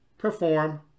perform